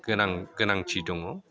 गोनां गोनांथि दङ